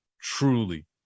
truly